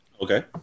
Okay